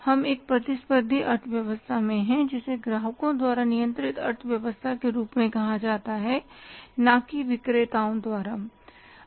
हम एक प्रतिस्पर्धी अर्थव्यवस्था में हैं जिसे ग्राहकों द्वारा नियंत्रित अर्थव्यवस्था के रूप में कहा जाता है न कि विक्रेताओं द्वारा